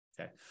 Okay